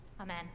Amen